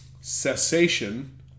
cessation